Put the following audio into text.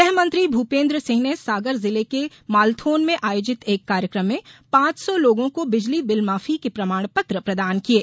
गृहमंत्री भूपेंन्द्र सिंह ने सागर जिले के मालथोन में आयोजित एक कार्यक्रम पांच सौ लोगों को बिजली बिल माफी के प्रमाण पत्र प्रदान किये